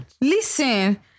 Listen